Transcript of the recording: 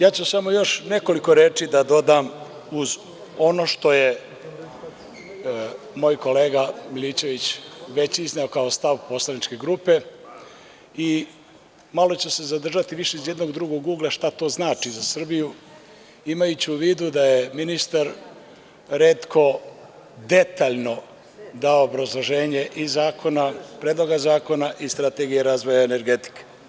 Ja ću samo još nekoliko reči da dodam uz ono što je moj kolega Milićević već izneo, kao stav poslaničke grupe, i malo ću se zadržati više iz jednog drugog ugla šta to znači za Srbiju, imajući u vidu da je ministar retko detaljno dao obrazloženje Predloga zakona i Strategije razvoja energetike.